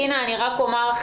רק אומר לך,